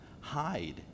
Hide